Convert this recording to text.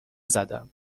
زدم